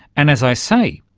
and, as i say,